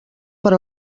per